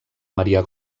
maria